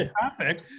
traffic